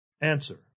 Answer